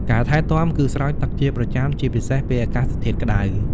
ការថែទាំ គឺស្រោចទឹកជាប្រចាំ ជាពិសេសពេលអាកាសធាតុក្តៅ។